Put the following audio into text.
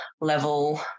level